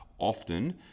often